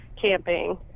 camping